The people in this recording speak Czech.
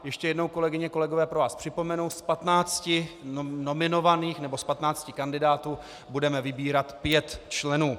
Ještě jednou, kolegyně, kolegové, pro vás připomenu, z 15 nominovaných, nebo z 15 kandidátů, budeme vybírat pět členů.